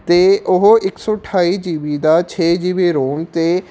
ਅਤੇ ਉਹ ਇੱਕ ਸੌ ਅਠਾਈ ਜੀ ਬੀ ਦਾ ਛੇ ਜੀ ਬੀ ਰੋਮ ਅਤੇ